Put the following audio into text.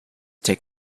take